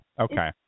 Okay